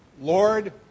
Lord